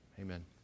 Amen